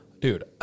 Dude